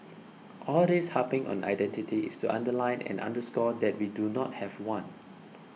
all this harping on identity is to underline and underscore that we do not have one